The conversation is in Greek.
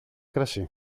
κρασί